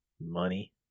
money